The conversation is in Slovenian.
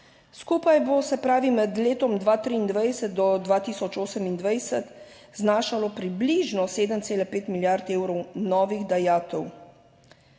Skupaj bo, se pravi, med letom 2023 do 2028 znašalo približno 7,5 milijard evrov novih dajatev.